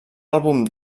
àlbum